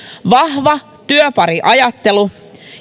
vahva työpariajattelu